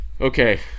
Okay